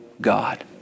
God